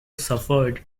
suffered